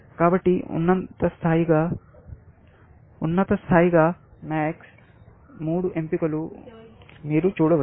కాబట్టి ఉన్నత స్థాయి గాmax మూడు ఎంపికలు ఉన్నాయని మీరు చూడవచ్చు